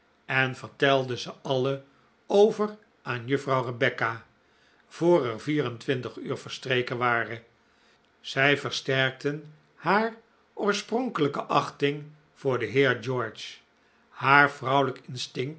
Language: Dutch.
en vertelde ze alle over aan juffrouw rebecca voor er vier en twintig uur verstreken waren zij versterkten haar oorspronkelijke achting voor den heer george haar vrouwelijk